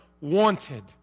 wanted